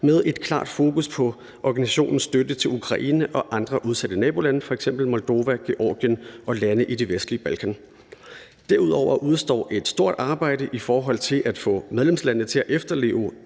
med et klart fokus på organisationens støtte til Ukraine og andre udsatte nabolande, f.eks. Moldova, Georgien og lande på det vestlige Balkan. Derudover udestår et stort arbejde i forhold til at få medlemslandene til at efterleve